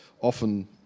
often